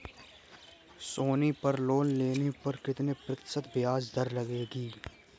सोनी पर लोन लेने पर कितने प्रतिशत ब्याज दर लगेगी?